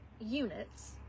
units